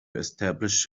establish